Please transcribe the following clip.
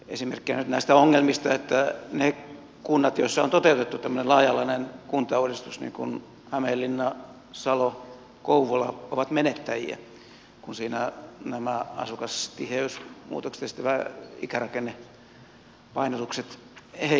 esimerkkinä nyt näistä ongelmista ne kunnat joissa on toteutettu tämmöinen laaja alainen kuntauudistus niin kuin hämeenlinna salo kouvola ovat menettäjiä kun kuntaliitos on tuonut asukastiheysmuutokset ja nyt sitten nämä ikärakennepainotukset heikkenevät